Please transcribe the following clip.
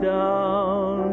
down